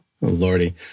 lordy